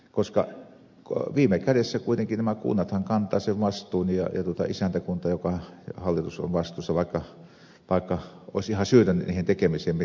koska viime kädessähän kuitenkin sen vastuun kantavat nämä kunnat ja isäntäkunta jonka hallitus on vastuussa vaikka olisi ihan syytön niihin tekemisiin ja epäonnistumisiin